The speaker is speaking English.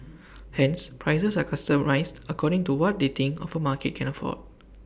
hence prices are customised according to what they think of A market can afford